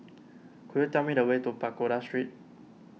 could you tell me the way to Pagoda Street